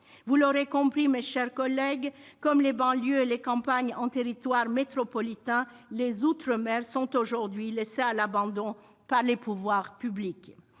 Vous l'aurez compris, mes chers collègues, comme les banlieues et les campagnes sur le territoire métropolitain, les outre-mer sont aujourd'hui laissés à l'abandon par les pouvoirs publics.